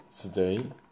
today